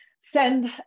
Send